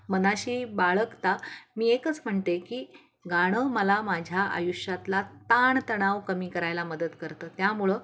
मनाशी बाळगता मी एकच म्हणते की गाणं मला माझ्या आयुष्यातला ताणतणाव कमी करायला मदत करतं त्यामुळं